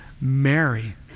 Mary